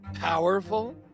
powerful